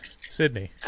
Sydney